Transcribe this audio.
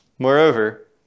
Moreover